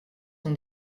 son